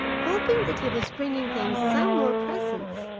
hoping that he was bringing them some more presents.